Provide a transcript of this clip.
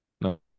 No